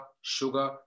sugar